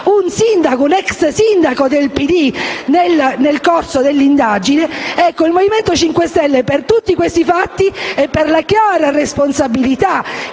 arrestato un ex sindaco del PD nel corso dell'indagine. Il Movimento 5 Stelle, per tutti questi fatti, e per la chiara responsabilità